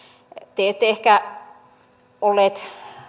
te ette ehkä ollut